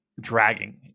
dragging